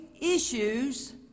issues